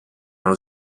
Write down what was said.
allo